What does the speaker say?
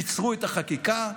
עצרו את החקיקה,